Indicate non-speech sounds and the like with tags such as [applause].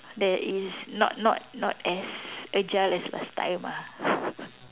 there is not not not as agile as last time ah [laughs]